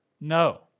No